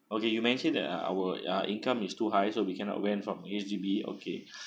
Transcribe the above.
okay you mention that uh our uh income is too high so we cannot rent from H_D_B okay